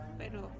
pero